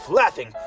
laughing